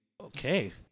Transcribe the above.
Okay